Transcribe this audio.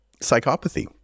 psychopathy